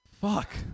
Fuck